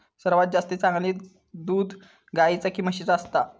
सर्वात जास्ती चांगला दूध गाईचा की म्हशीचा असता?